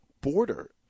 border